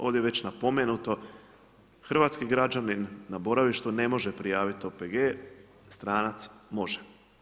Ovdje je već napomenuto, hrvatski građanin na boravištu ne može prijaviti OPG, stranac može.